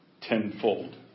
tenfold